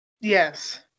Yes